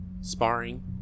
sparring